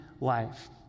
life